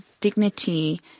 dignity